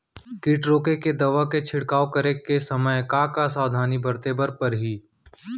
किट रोके के दवा के छिड़काव करे समय, का का सावधानी बरते बर परही?